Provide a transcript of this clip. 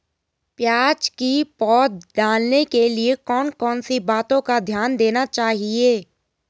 प्याज़ की पौध डालने के लिए कौन कौन सी बातों का ध्यान देना चाहिए?